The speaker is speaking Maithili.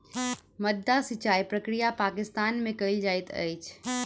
माद्दा सिचाई प्रक्रिया पाकिस्तान में कयल जाइत अछि